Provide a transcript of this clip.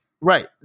right